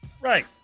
Right